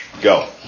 go